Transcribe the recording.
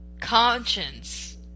conscience